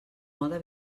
mode